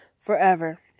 forever